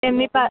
એમની પાસે